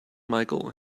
micheal